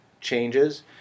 changes